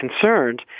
concerned